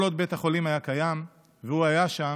כל עוד בית החולים היה קיים והוא היה שם,